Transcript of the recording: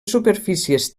superfícies